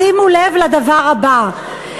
שימו לב לדבר הבא,